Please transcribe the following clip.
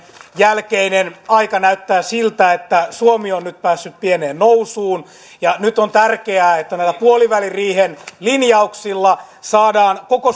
jälkeinen aika näyttää siltä että suomi on nyt päässyt pieneen nousuun nyt on tärkeää että näillä puoliväliriihen linjauksilla saadaan koko